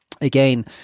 Again